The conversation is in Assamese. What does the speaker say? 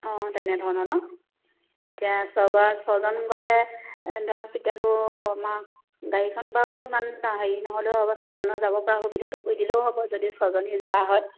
অঁ তেনেধৰণৰ নহ্ এতিয়া ছগ ছজন গ'লে ধৰক তেতিয়াতো আমাক গাড়ীখন বাৰু ইমান হেৰি নহ'লেও হ'ব ছজনৰ যাব পৰা সুবিধাটো কৰি দিলেও হ'ব যদি ছজনী যোৱা হয়